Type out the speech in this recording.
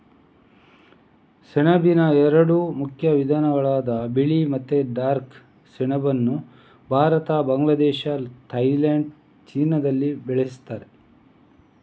ಸೆಣಬಿನ ಎರಡು ಮುಖ್ಯ ವಿಧಗಳಾದ ಬಿಳಿ ಮತ್ತೆ ಡಾರ್ಕ್ ಸೆಣಬನ್ನ ಭಾರತ, ಬಾಂಗ್ಲಾದೇಶ, ಥೈಲ್ಯಾಂಡ್, ಚೀನಾದಲ್ಲೆಲ್ಲ ಬೆಳೀತಾರೆ